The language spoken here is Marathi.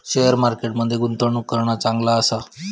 शेअर मार्केट मध्ये गुंतवणूक करणा चांगला आसा